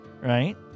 right